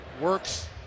works